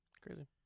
Crazy